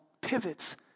pivots